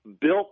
built